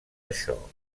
això